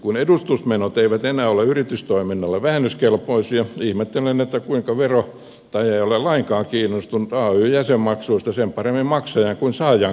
kun edustusmenot eivät enää ole yritystoiminnalla vähennyskelpoisia ihmettelen kuinka verottaja ei ole lainkaan kiinnostunut ay jäsenmaksuista sen paremmin maksajan kuin saajankaan osalta